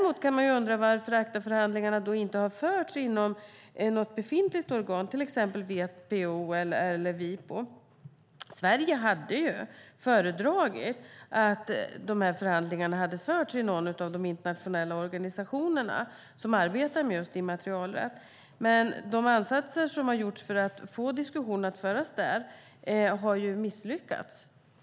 Man kan däremot undra varför ACTA-förhandlingarna inte har förts inom något befintligt organ, till exempel WTO eller Wipo. Sverige hade föredragit att de här förhandlingarna hade förts i någon av de internationella organisationer som arbetar med just immaterialrätt. De ansatser som har gjorts för att få diskussionen att föras där har dock misslyckats.